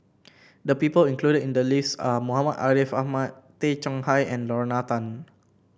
the people included in the list are Muhammad Ariff Ahmad Tay Chong Hai and Lorna Tan